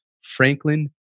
Franklin